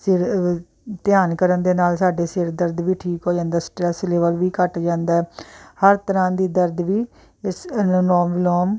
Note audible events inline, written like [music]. [unintelligible] ਧਿਆਨ ਕਰਨ ਦੇ ਨਾਲ ਸਾਡੇ ਸਿਰ ਦਰਦ ਵੀ ਠੀਕ ਹੋ ਜਾਂਦਾ ਸਟਰੈਸ ਲੈਵਲ ਵੀ ਘੱਟ ਜਾਂਦਾ ਹਰ ਤਰ੍ਹਾਂ ਦੀ ਦਰਦ ਵੀ ਇਸ ਅਨਲੋਮ ਵੀਲੋਮ